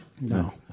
No